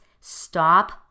stop